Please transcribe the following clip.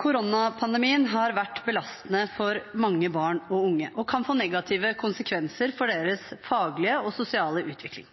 Koronapandemien har vært belastende for mange barn og unge og kan få negative konsekvenser for deres faglige og sosiale utvikling.